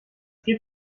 geht